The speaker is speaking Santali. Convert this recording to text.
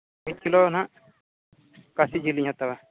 ᱢᱤᱫ ᱠᱤᱞᱳ ᱱᱟᱦᱟᱜ ᱠᱟᱹᱥᱤ ᱡᱤᱞ ᱞᱤᱧ ᱦᱟᱛᱟᱣᱟ